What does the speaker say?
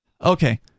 Okay